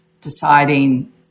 deciding